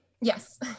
Yes